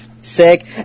Sick